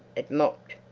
it mocked,